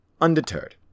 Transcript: undeterred